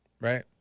right